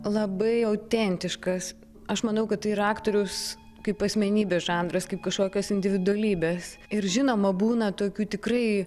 labai autentiškas aš manau kad tai yra aktorius kaip asmenybė žanras kaip kažkokios individualybės ir žinoma būna tokių tikrai